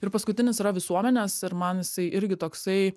ir paskutinis yra visuomenės ir man jisai irgi toksai